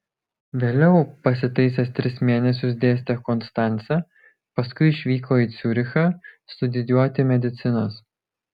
vėliau pasitaisęs tris mėnesius dėstė konstance paskui išvyko į ciurichą studijuoti medicinos